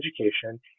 education